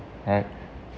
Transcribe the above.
right